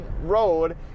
road